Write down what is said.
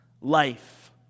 life